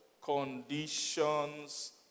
Conditions